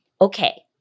okay